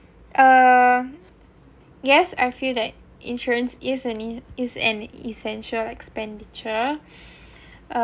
uh yes I feel that insurance is an e~ is an essential expenditure uh